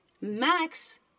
max